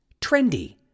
trendy